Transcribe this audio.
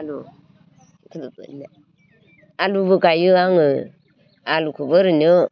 आलु आलुबो गायो आङो आलुखौबो ओरैनो